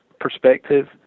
perspective